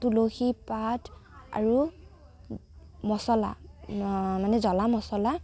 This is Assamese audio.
তুলসী পাত আৰু মচলা মানে জলা মচলা